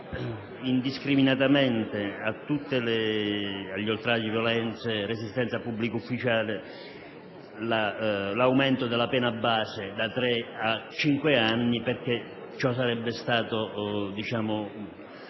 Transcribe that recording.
indiscriminatamente agli oltraggi, violenze, resistenze a pubblico ufficiale l'aumento della pena base da tre a cinque anni perché sarebbe stato molto